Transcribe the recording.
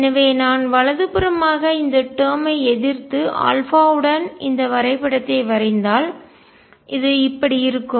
எனவே நான் வலது புறமாக இந்த டேர்ம் ஐ எதிர்த்து α உடன் இந்த வரைபடத்தை வரைந்தால் இது இப்படி இருக்கும்